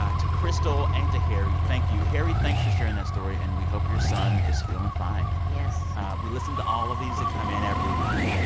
ah to crystal and to harry, thank you. harry, thanks for sharing that story, and we hope your son is feeling fine yes we listen to all of these that come in every week.